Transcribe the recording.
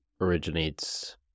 originates